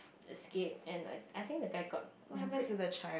escape and I I think the guy got